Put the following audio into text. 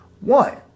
one